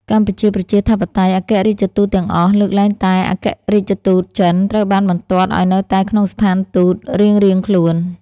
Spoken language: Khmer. កម្ពុជា ប្រជាធិបតេយ្យ ឯកអគ្គរដ្ឋទូតទាំងអស់ លើកលែងតែឯកអគ្គរដ្ឋទូតចិន ត្រូវបានបន្ទាត់ឱ្យនៅតែក្នុងស្ថានទូតរៀងៗខ្លួន ។